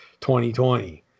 2020